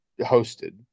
hosted